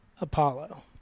Apollo